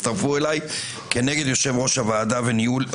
שאתה מקשיב מאוד לראיונות שלי בערוץ הכנסת ולא במסמך